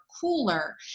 cooler